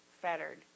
fettered